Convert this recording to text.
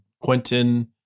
Quentin